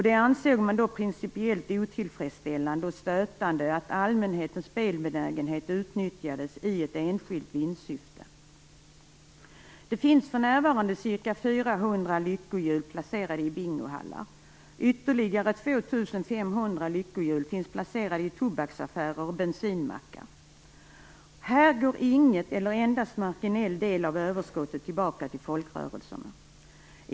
Det ansågs principiellt otillfredsställande och stötande att allmänhetens spelbenägenhet utnyttjades i enskilt vinstsyfte. För närvarande finns ca 400 s.k. lyckohjul placerade i bingohallar. Ytterligare ca 2 500 lyckohjul finns placerade i tobaksaffärer och bensinmackar. Här går inget eller endast en marginell del av överskottet tillbaka till folkrörelserna.